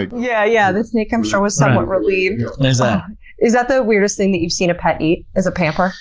yeah yeah, the snake i'm sure was somewhat relieved. is ah is that the weirdest thing that you've seen a pet eat, is a pamper